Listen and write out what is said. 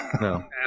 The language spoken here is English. No